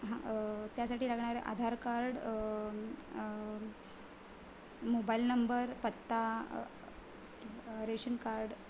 हां त्यासाठी लागणारं आहे आधार कार्ड मोबाईल नंबर पत्ता रेशन कार्ड